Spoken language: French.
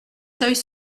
seuils